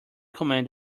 command